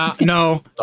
no